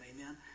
amen